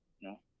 no